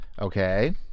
Okay